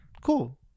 Cool